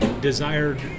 desired